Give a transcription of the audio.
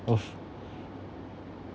oh